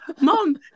mom